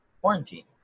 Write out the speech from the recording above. quarantine